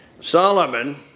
Solomon